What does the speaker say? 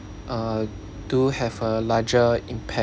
uh do have a larger impact